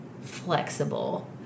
flexible